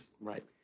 Right